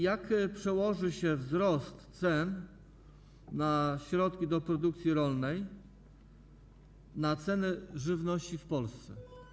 Jak przełoży się wzrost cen środków do produkcji rolnej na ceny żywności w Polsce?